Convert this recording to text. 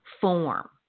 form